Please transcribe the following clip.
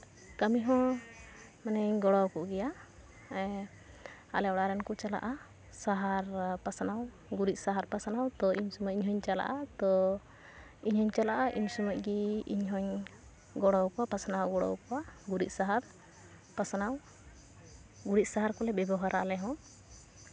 ᱠᱟᱹᱢᱤ ᱦᱚᱸ ᱢᱟᱱᱮᱧ ᱜᱚᱲᱚᱣᱟᱠᱚ ᱜᱮᱭᱟ ᱟᱞᱮ ᱚᱲᱟᱜ ᱨᱮᱱ ᱠᱚ ᱪᱟᱞᱟᱜᱼᱟ ᱥᱟᱦᱟᱨ ᱯᱟᱥᱱᱟᱣ ᱜᱩᱨᱤᱡ ᱥᱟᱦᱟᱨ ᱯᱟᱥᱱᱟᱣ ᱛᱚ ᱤᱱ ᱥᱚᱢᱚᱭ ᱤᱧ ᱪᱟᱞᱟᱜᱼᱟ ᱛᱚ ᱤᱧ ᱦᱩᱧ ᱪᱟᱞᱟᱜᱼᱟ ᱤᱱ ᱥᱚᱢᱚᱭ ᱜᱮ ᱤᱧ ᱦᱚᱧ ᱜᱚᱲᱚᱣᱟᱠᱚᱣᱟ ᱯᱟᱥᱱᱟᱣ ᱜᱚᱲᱚᱣᱟᱠᱚᱣᱟ ᱜᱩᱨᱤᱡ ᱥᱟᱦᱟᱨ ᱯᱟᱥᱱᱟᱣ ᱜᱩᱨᱤᱡ ᱥᱟᱦᱟᱨ ᱠᱚᱞᱮ ᱵᱮᱵᱚᱦᱟᱨᱟ ᱟᱞᱮ ᱦᱚᱸ